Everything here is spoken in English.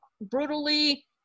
brutally